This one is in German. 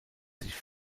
sich